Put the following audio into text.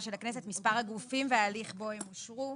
של הכנסת מספר הגופים וההליך בו הם אושרו.